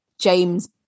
James